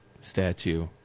statue